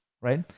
right